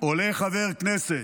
עולה חבר כנסת,